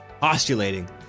Postulating